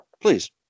Please